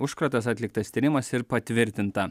užkratas atliktas tyrimas ir patvirtinta